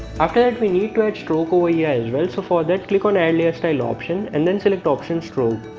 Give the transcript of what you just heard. after that we need to add stroke over here yeah as well so for that click on a layer style option and then select option stroke